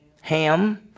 Ham